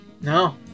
No